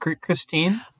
Christine